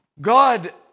God